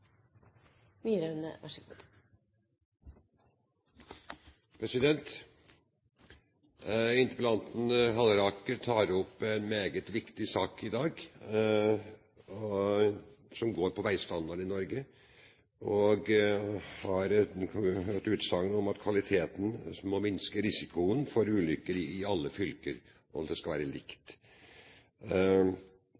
bort disse ulikhetene. Interpellanten, Halleraker, tar opp en meget viktig sak i dag, som gjelder veistandarden i Norge. Han har et utsagn om at kvaliteten må minske risikoen for ulykker i alle fylker, og det skal